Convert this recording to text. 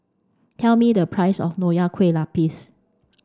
tell me the price of Nonya Kueh Lapis